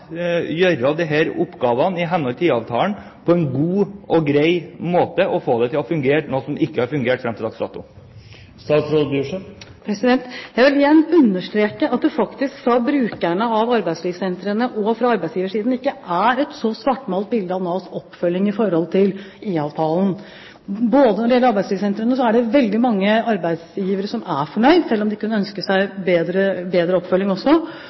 gjøre disse oppgavene i henhold til IA-avtalen på en god og grei måte og få noe som ikke har fungert fram til dags dato, til å fungere? Jeg vil igjen understreke at det faktisk fra brukerne av arbeidslivssentrene og fra arbeidsgiversiden ikke er et så svartmalt bilde av Navs oppfølging i forhold til IA-avtalen. Både når det gjelder arbeidslivssentrene, er det veldig mange arbeidsgivere som er fornøyd, selv om de kunne ønske seg bedre oppfølging,